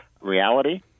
reality